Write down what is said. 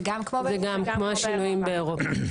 זה כמו השינויים באירופה.